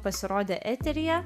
pasirodė eteryje